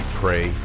pray